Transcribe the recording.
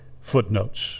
footnotes